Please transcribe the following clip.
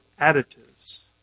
additives